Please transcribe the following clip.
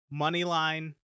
moneyline